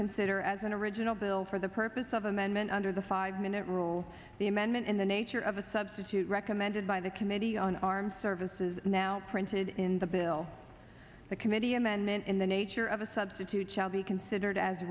consider as an original bill for the purpose of amendment under the five minute rule the amendment in the nature of a substitute recommended by the committee on armed services now printed in the bill the committee amendment in the nature of a substitute shall be considered as